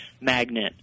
magnet